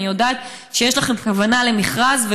ואני יודעת שיש לכם כוונה למכרז,